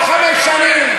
הם לא חמש שנים.